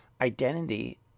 identity